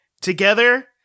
together